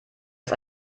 ist